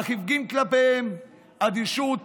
אך הפגין כלפיהם אדישות